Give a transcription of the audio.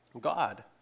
God